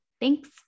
Thanks